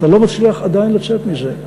אתה לא מצליח עדיין לצאת מזה.